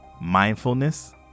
mindfulness